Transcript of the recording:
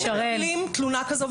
אם מקבלים תלונה כזו,